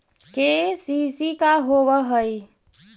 KCC का होव हइ?